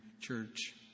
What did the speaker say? church